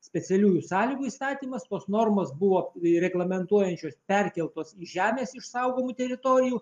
specialiųjų sąlygų įstatymas tos normos buvo reglamentuojančios perkeltos į žemės išsaugomų teritorijų